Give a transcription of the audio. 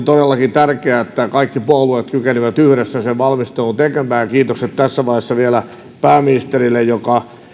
todellakin tärkeää että kaikki puolueet kykenivät yhdessä sen valmistelun tekemään kiitokset tässä vaiheessa vielä pääministerille joka